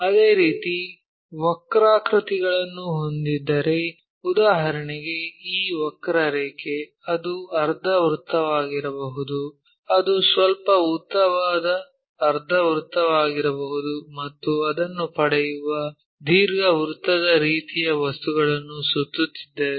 ಅದೇ ರೀತಿ ವಕ್ರಾಕೃತಿಗಳನ್ನು ಹೊಂದಿದ್ದರೆ ಉದಾಹರಣೆಗೆ ಈ ವಕ್ರರೇಖೆ ಅದು ಅರ್ಧವೃತ್ತವಾಗಿರಬಹುದು ಅದು ಸ್ವಲ್ಪ ಉದ್ದವಾದ ಅರ್ಧವೃತ್ತವಾಗಿರಬಹುದು ಮತ್ತು ಅದನ್ನು ಪಡೆಯುವ ದೀರ್ಘವೃತ್ತದ ರೀತಿಯ ವಸ್ತುಗಳನ್ನು ಸುತ್ತುತ್ತಿದ್ದರೆ